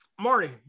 Marty